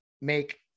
make